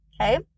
okay